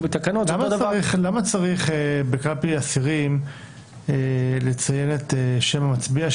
בתקנות"; למה בקלפי אסירים צריך לציין את שם המצביע,